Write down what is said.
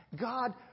God